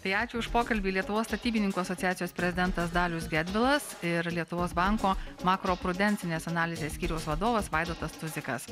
tai ačiū už pokalbį lietuvos statybininkų asociacijos prezidentas dalius gedvilas ir lietuvos banko makroprudencinės analizės skyriaus vadovas vaidotas tuzikas